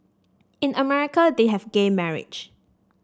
in America they have gay marriage